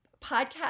podcast